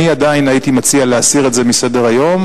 אני עדיין הייתי מציע להסיר את זה מסדר-היום,